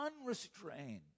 unrestrained